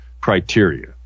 criteria